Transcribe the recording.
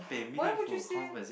why would you say